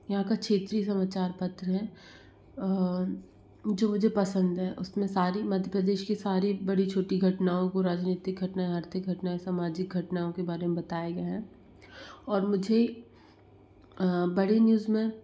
यहाँ का क्षेत्रीय समाचार पत्र है जो मुझे पसंद है उसमें सारी मध्य प्रदेश की सारी बड़ी छोटी घटनाओं को राजनीतिक घटनाऍं आर्थिक घटनाऍं सामाजिक घटनाओं के बारे में बताया गया है और मुझे बड़े न्यूज़ में